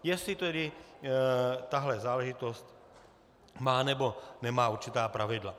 Jestli tedy tahle záležitost má, nebo nemá určitá pravidla.